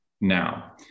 now